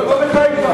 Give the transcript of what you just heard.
וכמו בחיפה,